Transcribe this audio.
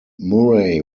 murray